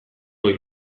goi